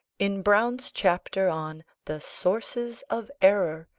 in browne's chapter on the sources of error,